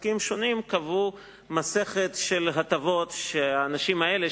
וחוקים שונים קבעו מסכת של הטבות שהאנשים האלה,